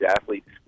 athletes